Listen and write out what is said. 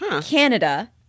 Canada